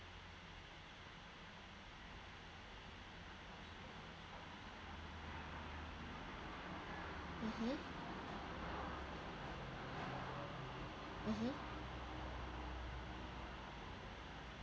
mmhmm mmhmm